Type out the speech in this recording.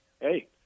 Hey